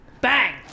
Bang